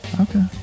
Okay